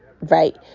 right